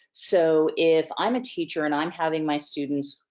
so if i'm a teacher and i'm having my students,